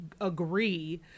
agree